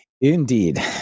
Indeed